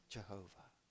Jehovah